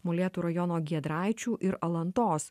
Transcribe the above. molėtų rajono giedraičių ir alantos